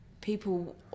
People